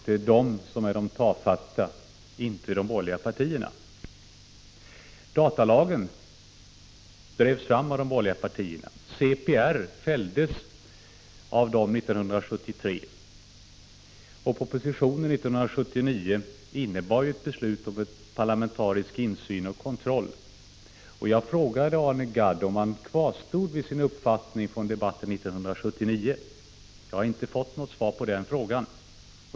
Det är de som är tafatta, inte de borgerliga partierna. Datalagen drevs fram av de borgerliga partierna. CPR fälldes av dem 1973, och propositionen 1979 med åtföljande beslut innebär att vi fick parlamentarisk insyn och kontroll. Jag frågade Arne Gadd om han kvarstod vid sin uppfattning från debatten 1979. Jag har inte fått något svar på den frågan.